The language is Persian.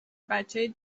بچه